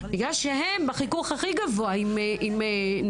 בגלל שהם בחיכוך הכי גבוה עם נשים,